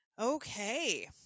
Okay